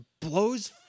blows